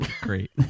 Great